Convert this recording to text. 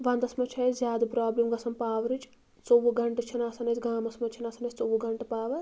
ونٛدَس منٛز چھُ اَسہِ زیادٕ پرٛابلِم گژھان پاورٕچ ژوٚوُہ گَنٹہٕ چھُنہٕ آسان اَسہِ گامَس منٛز چھُنہٕ آسان اَسہِ ژوٚوُہ گَنٹہٕ پاوَر